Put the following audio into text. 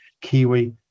Kiwi